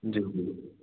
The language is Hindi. जी जी